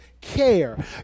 care